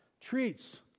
treats